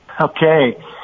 okay